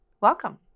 Welcome